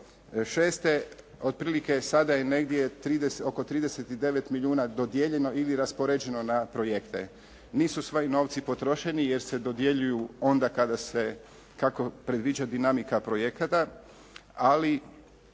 2006. otprilike sada je negdje oko 39 milijuna dodijeljeno ili raspoređeno na projekte. Nisu svi novci potrošeni, jer se dodjeljuju kako predviđa dinamika projekata, ali